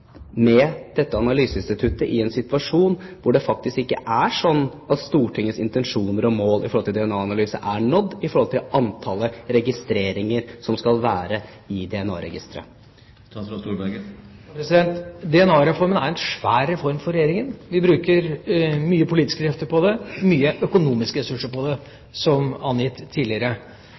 med dette analyseinstituttet i en situasjon hvor det faktisk ikke er slik at Stortingets intensjoner og mål med DNA-analyser er nådd med tanke på antall registreringer som skal være i DNA-registeret? DNA-reformen er en svær reform for Regjeringa. Vi bruker mye politiske krefter på det, og vi bruker mye økonomiske ressurser på det, som angitt tidligere.